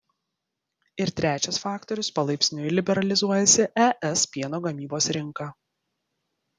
ir trečias faktorius palaipsniui liberalizuojasi es pieno gamybos rinka